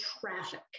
traffic